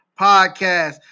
podcast